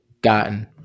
gotten